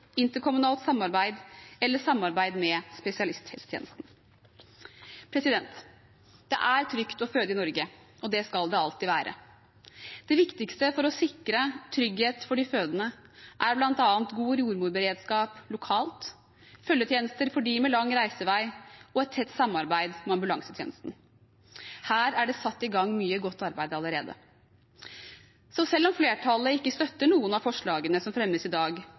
interkommunalt samarbeid eller samarbeid med spesialisthelsetjenesten. Det er trygt å føde i Norge, og det skal det alltid være. Det viktigste for å sikre trygghet for de fødende er bl.a. god jordmoreberedskap lokalt, følgetjenester for dem med lang reisevei og et tett samarbeid med ambulansetjenesten. Her er det satt i gang mye godt arbeid allerede. Så selv om flertallet ikke støtter noen av forslagene som fremmes i dag,